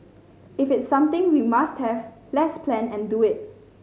if it's something we must have let's plan and do it